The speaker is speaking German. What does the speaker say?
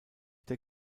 der